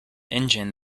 engine